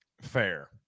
Fair